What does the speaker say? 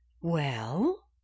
Well